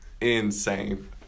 insane